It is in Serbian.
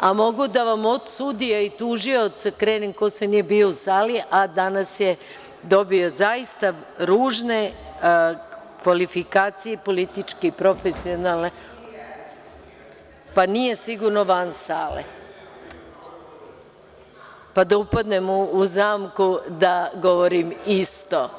a mogu da vam od sudija i tužioca krenem ko sve nije bio u sali, a danas je dobio zaista ružne kvalifikacije i politički i profesionalne. (Gordana Čomić, s mesta: Nijednom.) Pa nije sigurno van sale. (Goran Ćirić, s mesta: Evo, recite nam primer.) Pa da upadnem u zamku da govorim isto.